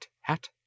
hat